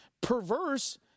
perverse